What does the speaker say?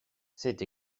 c’est